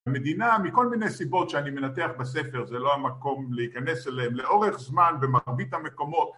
המדינה מכל מיני סיבות שאני מנתח בספר זה לא המקום להיכנס אליהם לאורך זמן ומרבית המקומות